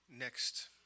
Next